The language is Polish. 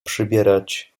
przybierać